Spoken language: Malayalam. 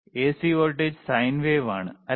എസി വോൾട്ടേജ് സൈൻ വേവ് ആണ് അല്ലേ